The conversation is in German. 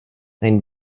ein